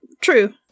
true